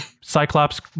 Cyclops